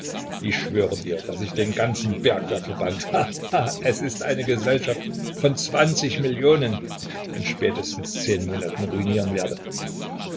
ich schwöre dir daß ich den ganzen bergwerkverband he he es ist eine gesellschaft von zwanzig millionen in spätestens zehn monaten ruinieren werde